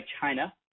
China